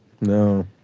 no